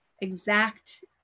Exact